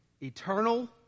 eternal